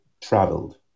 traveled